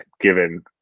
given